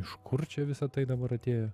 iš kur čia visa tai dabar atėjo